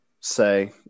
say